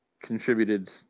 contributed